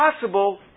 possible